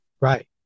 Right